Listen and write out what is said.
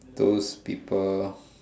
those people